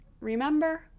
Remember